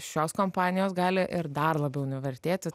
šios kompanijos gali ir dar labiau nuvertėti